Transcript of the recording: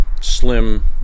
slim